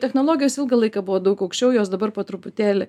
technologijos ilgą laiką buvo daug aukščiau jos dabar po truputėlį